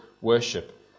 worship